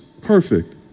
perfect